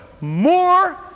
more